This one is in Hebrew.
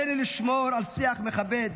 עלינו לשמור על שיח מכבד.